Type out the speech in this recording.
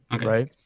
right